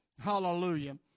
hallelujah